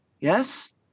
yes